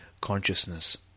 consciousness